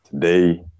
today